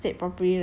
five free